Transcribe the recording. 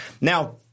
now